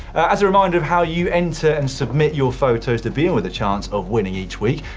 as a reminder of how you enter and submit your photos to be in with a chance of winning each week,